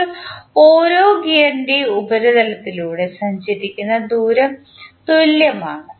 ഇപ്പോൾ ഓരോ ഗിയറിൻറെയും ഉപരിതലത്തിലൂടെ സഞ്ചരിക്കുന്ന ദൂരം തുല്യമാണ്